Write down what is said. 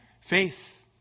faith